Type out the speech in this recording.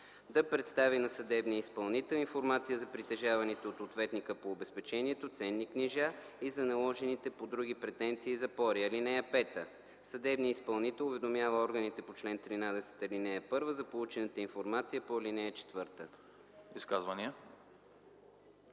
да предостави на съдебния изпълнител информация на притежаваните от ответника по обезпечението ценни книжа и за наложените по други претенции запори. (5) Съдебният изпълнител уведомява органите по чл. 13, ал. 1 за получената информация по ал. 4. ПРЕДСЕДАТЕЛ